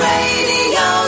Radio